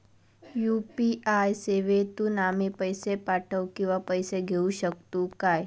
UPI सेवेतून आम्ही पैसे पाठव किंवा पैसे घेऊ शकतू काय?